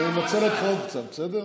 רגע, רגע, ננצל אותך עוד קצת, בסדר?